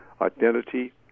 identity